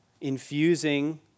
infusing